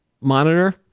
monitor